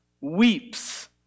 weeps